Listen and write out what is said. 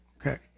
okay